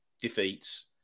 defeats